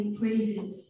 praises